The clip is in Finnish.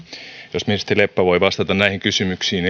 jos ministeri leppä voi vastata näihin kysymyksiin